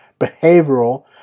behavioral